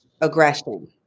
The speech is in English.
aggression